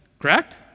correct